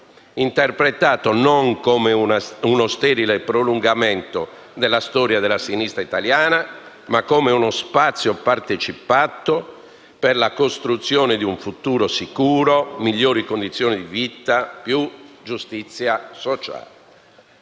interpretato non come uno sterile prolungamento della storia della sinistra italiana, ma come uno spazio partecipato per la costruzione di un futuro sicuro, di migliori condizioni di vita, di più giustizia sociale.